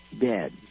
dead